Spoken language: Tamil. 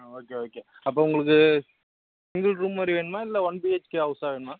ஆ ஓகே ஓகே அப்போ உங்களுக்கு சிங்கிள் ரூம் மாதிரி வேணுமா இல்லை ஒன் பிஹெச்கே ஹவுஸ்ஸாக வேணுமா